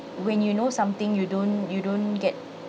when you know something you don't you don't get